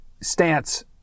stance